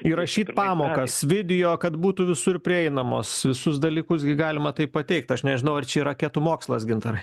įrašyt pamokas video kad būtų visur prieinamos visus dalykus gi galima taip pateikti aš nežinau ar čia raketų mokslas gintarai